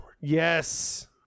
yes